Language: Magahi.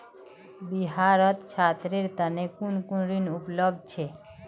बिहारत छात्रेर तने कुन कुन ऋण उपलब्ध छे